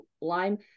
lime